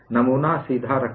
नमूना सीधे रखें